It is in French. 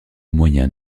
moyen